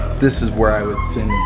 this is where i would send